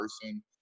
person